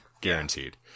guaranteed